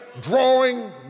drawing